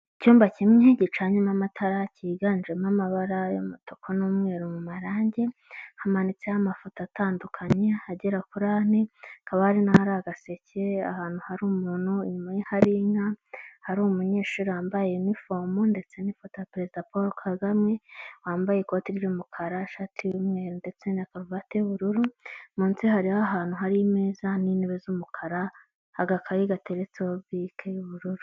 Icyumba kimwe gicanyemo amatara cyiganjemo amabara y'umutuku n'umweru mu marangi, hamanitseho amafoto atandukanye agera kuri ane, hakaba hari n'ahari agaseke, ahantu hari umuntu, inyuma ye hari inka, hari umunyeshuri wambaye yunifomu, ndetse n'ifoto ya perezida Poro Kagame wambaye ikote ry'umukara, ishati y'umweru ndetse na karuvate y'ubururu, munsi hariho ahantu hari imeza n'intebe z'umukara, agakayi gateretseho bike y'ubururu.